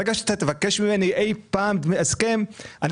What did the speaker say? ברגע שאתה אי פעם תבקש ממני הסכם אני